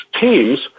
teams